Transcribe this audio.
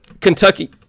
Kentucky